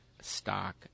stock